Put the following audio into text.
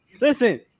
listen